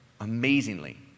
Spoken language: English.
amazingly